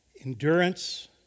Endurance